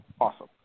Awesome